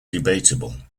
debatable